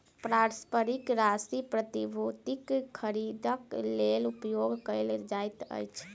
पारस्परिक राशि प्रतिभूतिक खरीदक लेल उपयोग कयल जाइत अछि